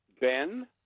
Ben